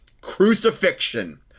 crucifixion